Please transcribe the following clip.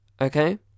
okay